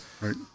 Right